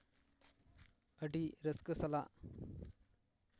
ᱟᱹᱰᱤ ᱨᱟᱹᱥᱠᱟᱹ ᱥᱟᱞᱟᱜ